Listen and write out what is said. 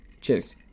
Cheers